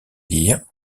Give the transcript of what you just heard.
lire